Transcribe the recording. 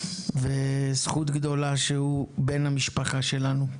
וזכות גדולה שהוא בן המשפחה שלנו.